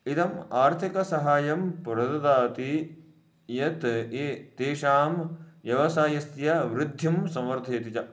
इदम् आर्थिकसहाय्यं प्रददाति यत् ये तेषां व्यवसायस्य वृद्धिं समर्थयति च